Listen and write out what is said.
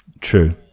True